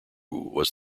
was